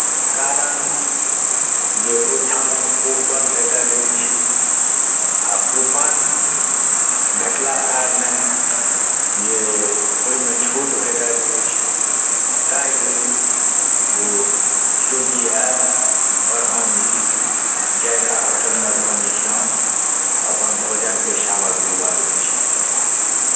कारण जे ओहिठामक कूपन भेटल अछि आ कूपन भेटलाक कारणे जे ओहिमे छूट भेटल अछि ताहिलेल ओ स्विगी ऐपपर हम ई जायका होटल मधुबनीसँ अपन भोजनके सामग्री मँगबैत छी